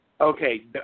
Okay